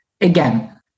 again